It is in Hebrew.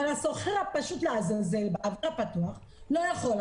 אבל הסוחר הפשוט, לעזאזל באוויר הפתוח לא יכול.